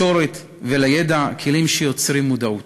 לתקשורת ולידע, הכלים שיוצרים מודעות.